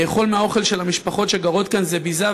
לאכול מהאוכל של המשפחות שגרות כאן זה ביזה,